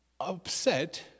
upset